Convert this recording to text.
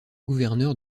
gouverneur